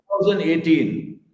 2018